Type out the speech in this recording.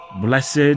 Blessed